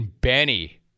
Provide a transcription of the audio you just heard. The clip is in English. Benny